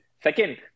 Second